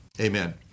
amen